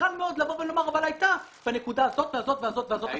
קל מאוד לבוא ולומר אבל הייתה בנקודה הזאת והזאת הסכמה.